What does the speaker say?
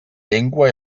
llengua